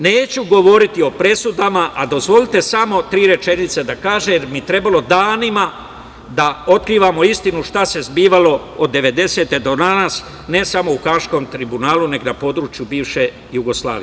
Neću govoriti o presudama, a dozvolite samo tri rečenice da kažem, jer bi trebalo danima da otkrivamo istinu šta se zbivalo od 1990. godine do danas, ne samo u Haškom tribunalu, nego na području bivše Jugoslavije.